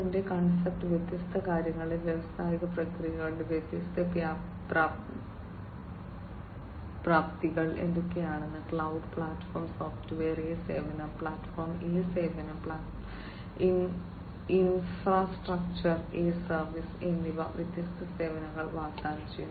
0 concept വ്യത്യസ്ത കാര്യങ്ങളിൽ വ്യാവസായിക പ്രക്രിയകളുടെ വ്യത്യസ്ത പ്രാപ്തികൾ എന്തൊക്കെയാണ് ക്ലൌഡ് പ്ലാറ്റ്ഫോം സോഫ്റ്റ്വെയർ എ സേവനം പ്ലാറ്റ്ഫോം എ സേവനം ഇൻഫ്രാസ്ട്രക്ചർ എ സർവീസ് എന്നിങ്ങനെ വ്യത്യസ്ത സേവനങ്ങൾ വാഗ്ദാനം ചെയ്യുന്നു